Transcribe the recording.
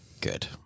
Good